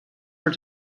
for